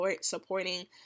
supporting